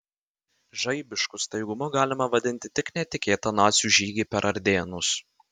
žaibišku staigumu galima vadinti tik netikėtą nacių žygį per ardėnus